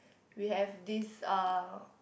we have this uh